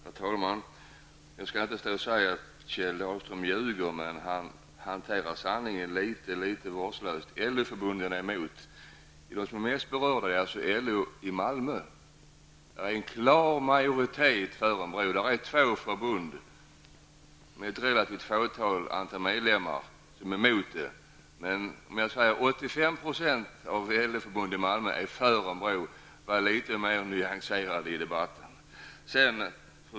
Herr talman! Jag skall inte stå här och säga att Kjell Dahlström ljuger, men han tänjer sanningen litet vårdslöst när han säger att LO-förbunden är emot en bro. Av dem som är mest berörda, dvs. LO förbunden i Malmö, är en klar majoritet för en bro. Det är två förbund med ett relativt litet antal medlemmar som är emot den. Om jag säger att 85 % av LO-förbunden i Malmö är för en bro, är jag litet mer nyanserad i debatten.